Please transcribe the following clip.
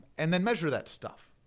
and then measure that stuff.